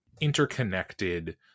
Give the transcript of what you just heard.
interconnected